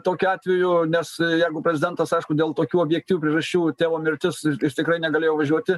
tokiu atveju nes jeigu prezidentas aišku dėl tokių objektyvių priežasčių tėvo mirtis jis tikrai negalėjo važiuoti